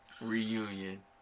reunion